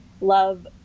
love